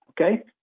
Okay